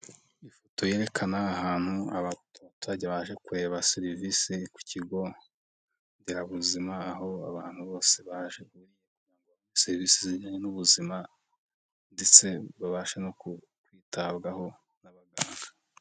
Ifoto yerekana ahantu abaturage baje kureba serivisi ku kigo nderabuzima, aho abantu bose baje guhabwa serivisi zijyanye n'ubuzima ndetse babashe no ku kwitabwaho n'abaganga.